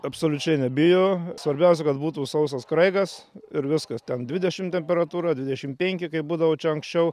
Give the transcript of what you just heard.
absoliučiai nebijo svarbiausia kad būtų sausas kraikas ir viskas ten dvidešim temperatūra dvidešim penki kaip būdavo čia anksčiau